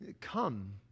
Come